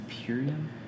Imperium